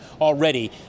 already